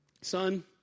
son